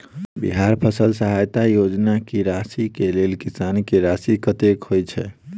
बिहार फसल सहायता योजना की राशि केँ लेल किसान की राशि कतेक होए छै?